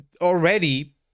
already